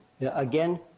again